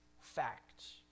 facts